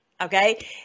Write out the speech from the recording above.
Okay